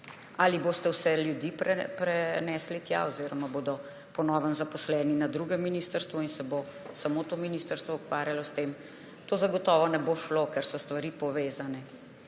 Ali boste vse ljudi prenesli tja oziroma bodo po novem zaposleni na drugem ministrstvu in se bo samo to ministrstvo ukvarjalo s tem? To zagotovo ne bo šlo, ker so stvari povezane.